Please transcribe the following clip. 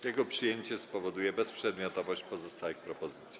Jego przyjęcie spowoduje bezprzedmiotowość pozostałych propozycji.